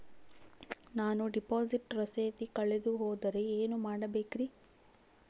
ನಾನು ಡಿಪಾಸಿಟ್ ರಸೇದಿ ಕಳೆದುಹೋದರೆ ಏನು ಮಾಡಬೇಕ್ರಿ?